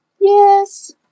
yes